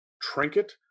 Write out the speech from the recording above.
trinket